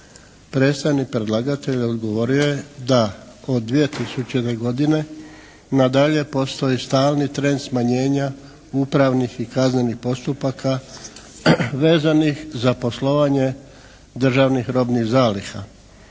Predstavnik predlagatelja odgovorio je da od 2000. godine nadalje postoji stalni trend smanjenja upravnih i kaznenih postupaka vezanih za poslovanje državnih robnih zaliha